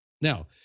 Now